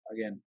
again